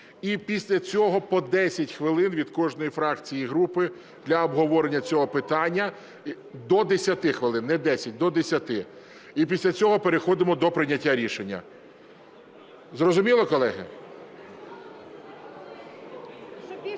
і після цього – по 10 хвилин від кожної фракції і групи для обговорення цього питання. До 10 хвилин, не 10, до 10-и. І після цього переходимо до прийняття рішення. Зрозуміло, колеги?